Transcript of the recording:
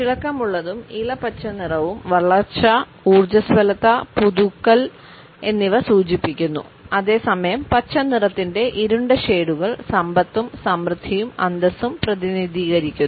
തിളക്കമുള്ളതും ഇളം പച്ച നിറവും വളർച്ച ഊർജ്ജസ്വലത പുതുക്കൽ എന്നിവ സൂചിപ്പിക്കുന്നു അതേസമയം പച്ചനിറത്തിൻറെ ഇരുണ്ട ഷേഡുകൾ സമ്പത്തും സമൃദ്ധിയും അന്തസ്സും പ്രതിനിധീകരിക്കുന്നു